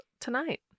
tonight